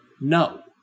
No